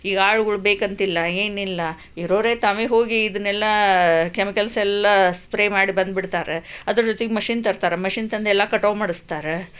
ಈಗ ಆಳುಗಳು ಬೇಕಂತಿಲ್ಲ ಏನಿಲ್ಲ ಇರೋರೆ ತಾವೇ ಹೋಗಿ ಇದನ್ನೆಲ್ಲ ಕೆಮಿಕಲ್ಸ್ ಎಲ್ಲ ಸ್ಪ್ರೇ ಮಾಡಿ ಬಂದ್ಬಿಡ್ತಾರೆ ಅದರ ಜೊತೆಗೆ ಮಷೀನ್ ತರ್ತಾರೆ ಮಷೀನ್ ತಂದು ಎಲ್ಲ ಕಟಾವು ಮಾಡಿಸ್ತಾರೆ